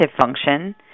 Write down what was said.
function